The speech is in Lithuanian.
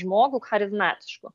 žmogų charizmatišku